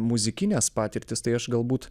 muzikines patirtis tai aš galbūt